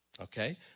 okay